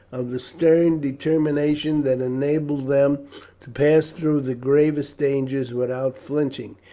of the stern determination that enabled them to pass through the gravest dangers without flinching,